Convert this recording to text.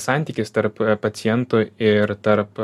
santykis tarp pacientų ir tarp